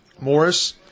Morris